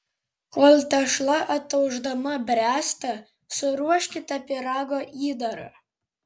kol tešla ataušdama bręsta suruoškite pyrago įdarą